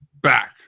Back